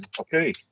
okay